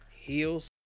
Heels